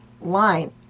line